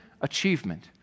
achievement